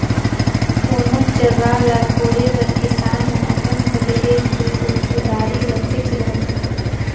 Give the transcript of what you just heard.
कोनोच जगहा ल कोड़े बर किसान मन अपन घरे एक दूई गोट कुदारी रखेच रहथे